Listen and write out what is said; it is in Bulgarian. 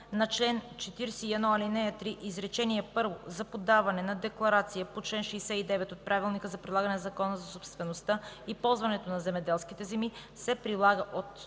на чл. 41, ал. 3, изречение първо за подаване на декларация по чл. 69 от Правилника за прилагане на Закона за собствеността и ползването на земеделските земи се прилага от